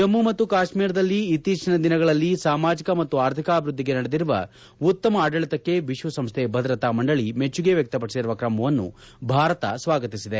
ಜಮ್ನು ಮತ್ತು ಕಾಶ್ಮೀರದಲ್ಲಿ ಇತ್ತೀಚಿನ ದಿನಗಳಲ್ಲಿ ಸಾಮಾಜಿಕ ಮತ್ತು ಆರ್ಥಿಕಾಭಿವ್ಯದ್ದಿಗೆ ನಡೆದಿರುವ ಉತ್ತಮ ಆಡಳಿತಕ್ಕೆ ವಿಶ್ವಸಂಸ್ಥೆ ಭದ್ರತಾ ಮಂಡಳಿ ಮೆಚ್ಚುಗೆ ವ್ವಕ್ತಪಡಿಸಿರುವ ಕ್ರಮವನ್ನು ಭಾರತ ಸ್ವಾಗತಿಸಿದೆ